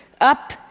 up